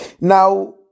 Now